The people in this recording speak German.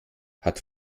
hat